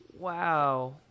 Wow